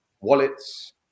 wallets